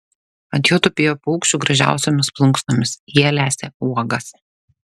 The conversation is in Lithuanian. ant jo tupėjo paukščių gražiausiomis plunksnomis jie lesė uogas